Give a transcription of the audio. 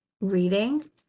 reading